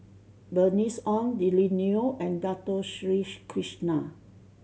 Bernice Ong Lily Neo and Dato Sri Krishna